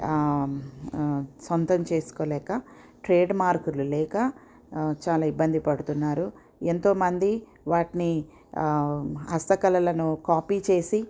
సొంతం చేసుకోలేక ట్రేడ్ మార్కులు లేక చాలా ఇబ్బంది పడుతున్నారు ఎంతోమంది వాటిని హస్తకళలను కాపీ చేసి